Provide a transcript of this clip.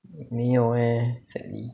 没有 eh sadly